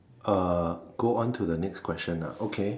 uh go on to the next question ah okay